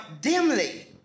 dimly